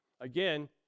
Again